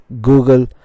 Google